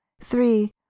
three